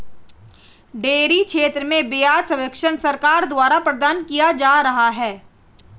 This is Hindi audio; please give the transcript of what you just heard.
डेयरी क्षेत्र में ब्याज सब्वेंशन सरकार द्वारा प्रदान किया जा रहा है